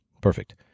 Perfect